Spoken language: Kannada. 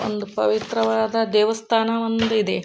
ಒಂದು ಪವಿತ್ರವಾದ ದೇವಸ್ಥಾನ ಒಂದಿದೆ